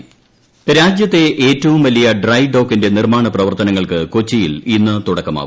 dry dock രാജ്യത്തെ ഏറ്റവും വലിയ ഡ്രൈഡോക്കിന്റെ നിർമാണ പ്രവർത്തനങ്ങൾക്ക് കൊച്ചിയിൽ ഇന്ന് തുടക്കമാവും